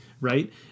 right